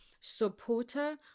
supporter